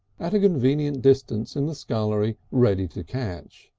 at a convenient distance in the scullery ready to catch.